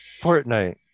Fortnite